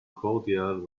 cordial